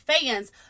fans